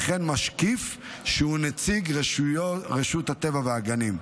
וכן משקיף שהוא נציג רשות הטבע והגנים,